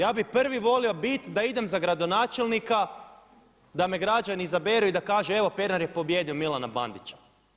Ja bih prvi volio biti da idem za gradonačelnika, da me građani izaberu i da kažu evo Pernar je pobijedio Milana Bandića.